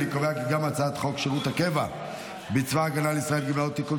אני קובע כי הצעת חוק שירות הקבע בצבא הגנה לישראל (גמלאות) (תיקון,